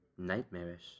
Nightmarish